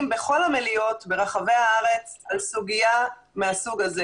בכל המליאות ברחבי הארץ על הסוגיה הזו.